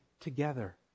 together